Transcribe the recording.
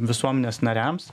visuomenės nariams